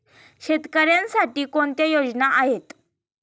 शेतकऱ्यांसाठी कोणत्या योजना आहेत?